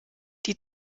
die